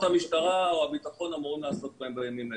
המשטרה או כוחות הביטחון אמורים לעסוק בהם בימים האלה.